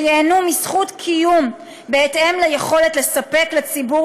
שייהנו מזכות קיום בהתאם ליכולתם לספק לציבור